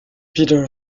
peter